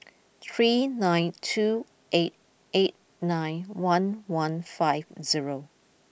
three nine two eight eight nine one one five zero